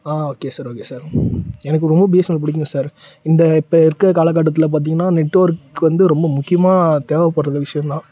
okay sir okay sir எனக்கு ரொம்ப BSNL பிடிக்கும் சார் இந்த இப்போ இருக்கிற காலக்கட்டத்தில் பார்த்தீங்கன்னா நெட்ஒர்க் வந்து ரொம்ப முக்கியமாக தேவைப்படுற விஷயம் தான்